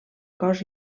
cos